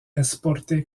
esporte